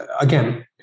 again